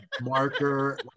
marker